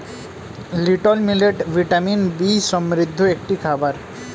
little millet vitamin B সমৃদ্ধ একটি খাবার